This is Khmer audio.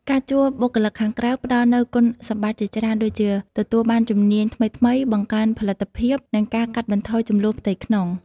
ការជួលបុគ្គលិកខាងក្រៅផ្តល់នូវគុណសម្បត្តិជាច្រើនដូចជា ទទួលបានជំនាញថ្មីៗ បង្កើនផលិតភាព និងការកាត់បន្ថយជម្លោះផ្ទៃក្នុង។